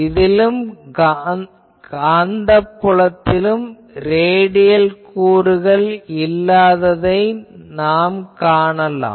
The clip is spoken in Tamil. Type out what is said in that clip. இதிலும் காந்தப் புலத்திலும் ரேடியல் கூறுகள் இல்லாததைக் காணலாம்